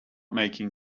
making